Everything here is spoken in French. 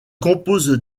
compose